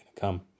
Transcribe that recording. come